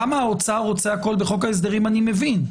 למה האוצר רוצה הכול בחוק ההסדרים אני מבין.